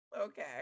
Okay